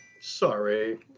Sorry